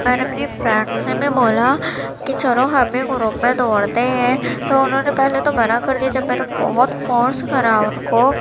میں نے اپنی فرینڈ سے بھی بولا کہ چلو ہم بھی گروپ میں دوڑتے ہیں تو انہوں نے پہلے تو منع کر دی جب میں نے بہت فورس کرا ان کو